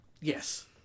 Yes